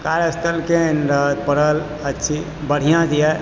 कार्यस्थल केहन रहत पड़ल हरचीज बढ़िऑं दिए